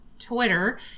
twitter